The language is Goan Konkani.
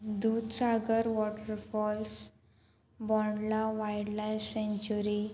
Dudhsagar waterfalls Bondla wildlife sanctuary